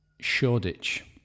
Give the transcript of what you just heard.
Shoreditch